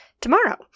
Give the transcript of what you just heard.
tomorrow